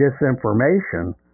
disinformation